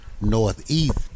northeast